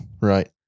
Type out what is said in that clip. Right